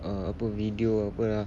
uh apa video apa lah